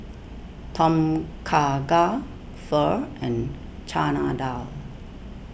Tom Kha Gai Pho and Chana Dal